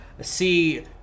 see